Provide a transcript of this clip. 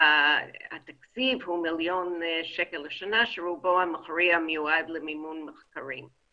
התקציב הוא 1 מיליון שקל לשנה שרובו המכריע מיועד למימון מחקרים.